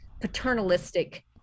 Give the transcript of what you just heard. paternalistic